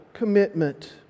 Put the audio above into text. Commitment